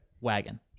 Wagon